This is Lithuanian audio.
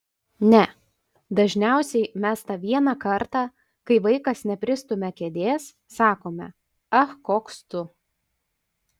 ne dažniausiai mes tą vieną kartą kai vaikas nepristumia kėdės sakome ach koks tu